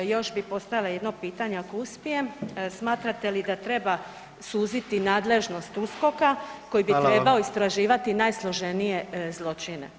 Još bi postavila jedno pitanje ako uspijem, smatrate li da li treba suziti nadležnost USKOK-a koji bi trebao istraživati najsloženije zločine?